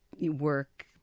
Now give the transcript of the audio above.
work